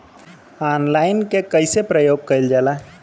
Online के कइसे प्रयोग कइल जाला?